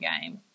game